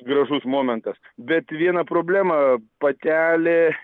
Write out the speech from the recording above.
gražus momentas bet viena problema patelė